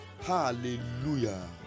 Hallelujah